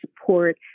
support